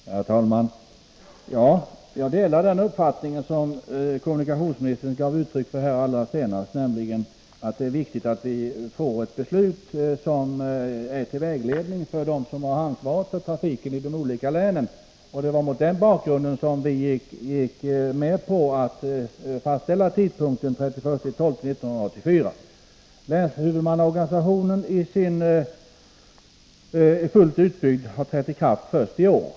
Herr talman! Ja, jag delar den uppfattning som kommunikationsministern gav uttryck för allra senast, nämligen att det är viktigt att vi får ett beslut som ger vägledning för dem som har ansvaret för trafiken i de olika länen. Det var mot den bakgrunden som vi gick med på att fastställa tidpunkten den 31 december 1984. Länshuvudmannaorganisationen har fullt utbyggd trätt i kraft först i år.